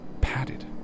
padded